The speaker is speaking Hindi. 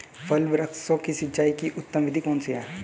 फल वृक्षों की सिंचाई की उत्तम विधि कौन सी है?